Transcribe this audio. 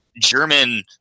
German